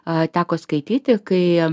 a teko skaityti kai